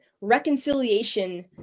reconciliation